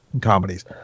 comedies